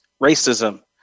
racism